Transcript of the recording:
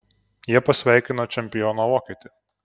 jie pasveikino čempioną vokietį